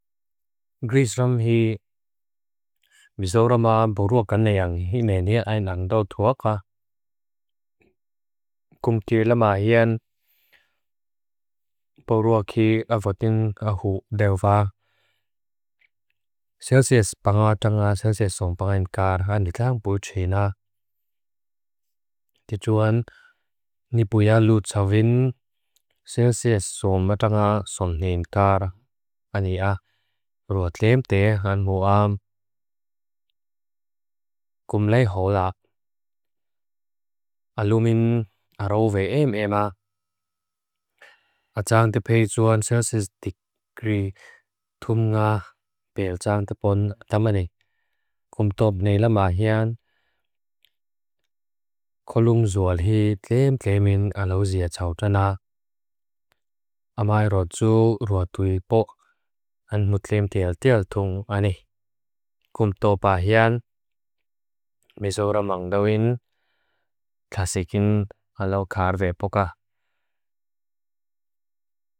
Tui bui rihe amunan ngay thak galanay la va amay rozu divyate fonate leh leptapate mun sang sangate kan lao muin kan lao ngay sa chunah. Arap om don hen jaxiaa tui bui rihe arihe atumin. A chak ii meam tua ju mei pealama tui bui zanat atim latuk dehi an arihe atil om lezuo lian kaxiaa. Kei tak pejon ngay thak ari om katiaa alung che thak leklik dehi katiaa ni. Bui vangin kei ngay ca tu lao ane. A chuncaa soi bohi ka tu lao ane.